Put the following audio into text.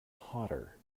hotter